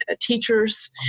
teachers